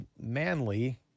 Manly